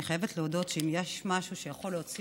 אני חייבת להודות שאם יש משהו שיכול להוציא